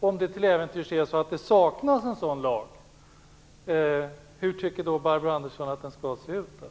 Om det till äventyrs saknas en sådan lag, hur tycker Barbro Andersson att den i så fall skulle se ut?